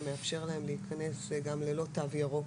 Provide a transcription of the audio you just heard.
שמאפשר להם להיכנס גם ללא "תו ירוק"